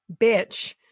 Bitch